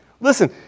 listen